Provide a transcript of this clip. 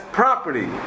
property